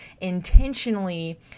intentionally